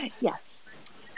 Yes